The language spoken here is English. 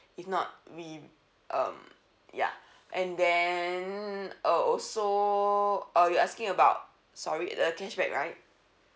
if not we uh ya and then uh also uh you asking about sorry the cashback right